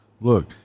look